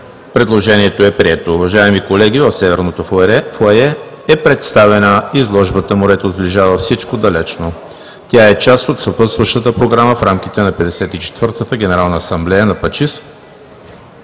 Предложението е прието. Уважаеми колеги, в Северното фоайе е представена изложбата „Морето сближава всичко далечно.“ Тя е част от съпътстващата програма в рамките на 54-та Генерална асамблея на ПАЧИС,